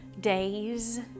days